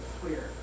queer